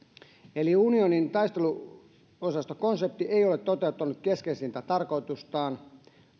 eli unionin taisteluosastokonsepti ei ole toteuttanut keskeisintä tarkoitustaan